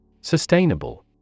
Sustainable